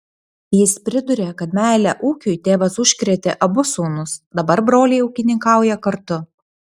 jis priduria kad meile ūkiui tėvas užkrėtė abu sūnus dabar broliai ūkininkauja kartu